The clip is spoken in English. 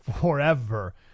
forever